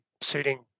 suiting